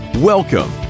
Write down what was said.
Welcome